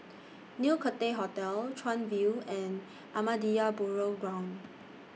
New Cathay Hotel Chuan View and Ahmadiyya Burial Ground